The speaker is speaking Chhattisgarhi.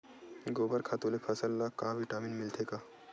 गोबर खातु ले फसल ल का विटामिन मिलथे का?